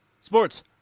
sports